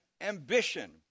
ambition